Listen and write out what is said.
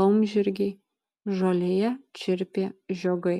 laumžirgiai žolėje čirpė žiogai